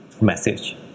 message